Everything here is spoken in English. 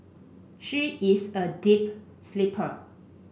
she is a deep sleeper